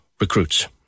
recruits